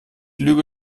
lüge